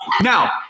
Now